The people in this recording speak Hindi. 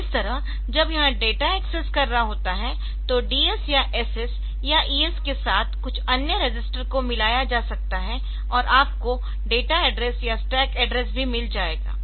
इस तरह जब यह डेटा एक्सेस कर रहा होता है तो DS या SS या ES के साथ साथ कुछ अन्य रजिस्टर को मिलाया जा सकता है और आपको डेटा एड्रेस या स्टैक एड्रेस भी मिल जाएगा